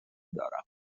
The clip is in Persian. دارم